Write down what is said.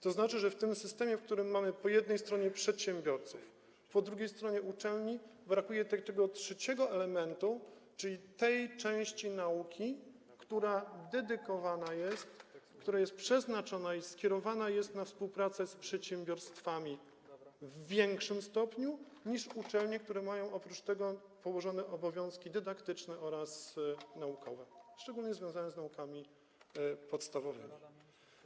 To znaczy, że w tym systemie, w którym mamy po jednej stronie przedsiębiorców, a po drugiej stronie uczelnie, brakuje tego trzeciego elementu, czyli tej części obszaru nauki, która jest dedykowana, przeznaczona i skierowana na współpracę z przedsiębiorstwami w większym stopniu niż uczelnie, które mają oprócz tego obowiązki dydaktyczne oraz naukowe, szczególnie związane z naukami podstawowymi.